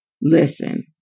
Listen